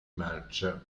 marcia